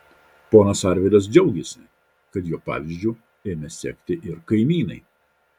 ponas arvydas džiaugėsi kad jo pavyzdžiu ėmė sekti ir kaimynai